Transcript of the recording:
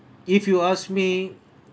if you ask me